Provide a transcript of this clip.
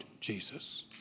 Jesus